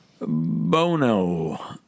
Bono